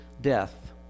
death